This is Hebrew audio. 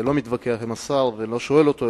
לא מתווכח עם השר ולא שואל אותו,